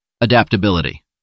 Adaptability